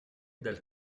del